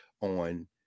on